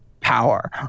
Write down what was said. power